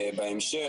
בהמשך,